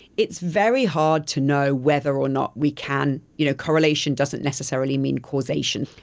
it's very hard to know whether or not we can, you know correlation doesn't necessarily mean causation.